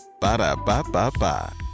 Ba-da-ba-ba-ba